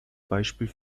beispiel